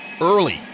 early